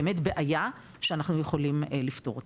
באמת בעיה שאנחנו יכולים לפתור אותה.